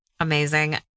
Amazing